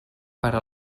però